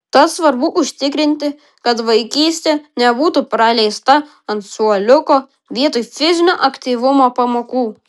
tad svarbu užtikrinti kad vaikystė nebūtų praleista ant suoliuko vietoj fizinio aktyvumo pamokų